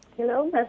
Hello